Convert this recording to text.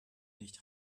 nicht